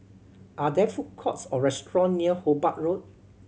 are there food courts or restaurant near Hobart Road